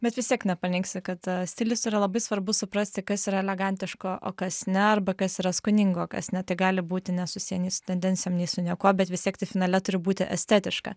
bet vis tiek nepaneigsi kad stilius yra labai svarbu suprasti kas yra elegantiška o kas ne arba kas yra skoninga o kas ne tai gali būti nesusiję nei su tendencijom nei su niekuo bet vis tiek tai finale turi būti estetiška